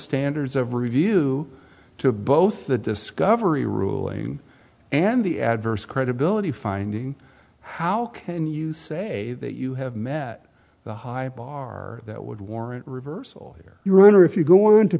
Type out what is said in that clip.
standards of review to both the discovery ruling and the adverse credibility finding how can you say that you have met the high bar that would warrant reversal here your honor if you go into